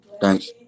Thanks